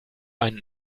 einen